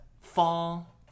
fall